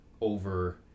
over